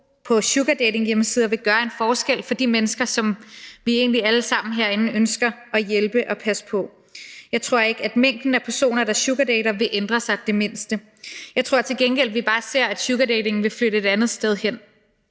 på sugardatinghjemmesider vil gøre en forskel for de mennesker, som vi egentlig alle sammen herinde ønsker at hjælpe og passe på. Jeg tror ikke, at mængden af personer, der sugardater, vil ændre sig det mindste. Jeg tror til gengæld, at vi bare ser, at sugardatingen vil flytte et andet sted hen,